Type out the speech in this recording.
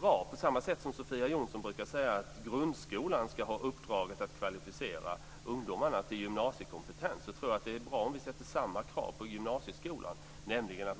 På samma sätt som Sofia Jonsson brukar säga att grundskolan ska ha uppdraget att kvalificera ungdomarna till gymnasiekompetens tycker jag att det är väldigt bra om vi ställer samma krav på gymnasieskolan, nämligen att